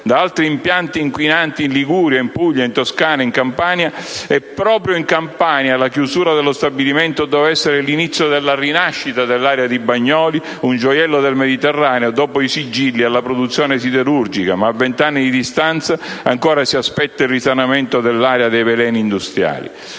da altri impianti inquinanti in Liguria, in Puglia, in Toscana, in Campania, e proprio in Campania la chiusura dello stabilimento doveva essere l'inizio della rinascita dell'aerea di Bagnoli, un gioiello del Mediterraneo, dopo i sigilli alla produzione siderurgica, ma a vent'anni di distanza ancora si aspetta il risanamento dell'aerea dai veleni industriali.